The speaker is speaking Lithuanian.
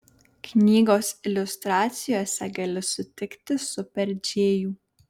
knygos iliustracijose gali sutikti super džėjų